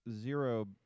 zero